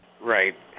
Right